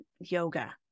yoga